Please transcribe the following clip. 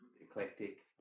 eclectic